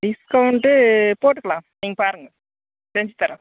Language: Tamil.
டிஸ்கவுண்ட்டு போட்டுக்கலாம் நீங்கள் பாருங்க செஞ்சுதரோம்